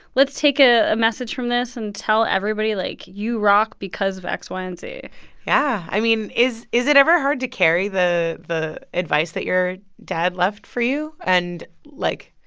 let's take a message from this and tell everybody, like, you rock because of x, y and z yeah. i mean, is is it ever hard to carry the the advice that your dad left for you and, like,